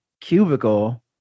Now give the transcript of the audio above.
cubicle